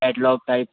catalogue type